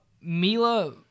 Mila